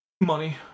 Money